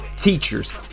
teachers